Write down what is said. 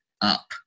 up